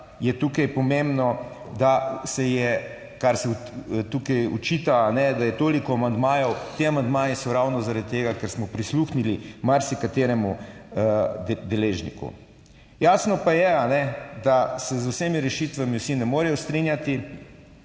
je tukaj pomembno, da se je, kar se tukaj očita, kajne, da je toliko amandmajev, ti amandmaji so ravno zaradi tega, ker smo prisluhnili marsikateremu deležniku. Jasno pa je, da se z vsemi rešitvami vsi ne morejo strinjati.